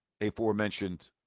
aforementioned